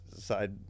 side